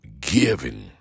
giving